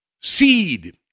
seed